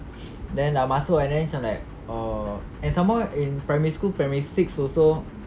and then dah masuk like oh and some more in primary school primary six also